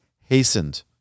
hastened